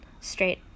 straight